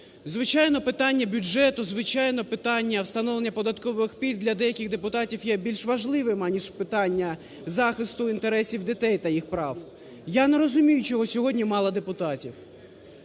звичайно, питання встановлення податкових пільг для деяких депутатів є більш важливим аніж питання захисту інтересів дітей та їх прав. Я не розумію, чого сьогодні мало депутатів.